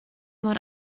mor